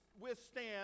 withstand